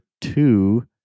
two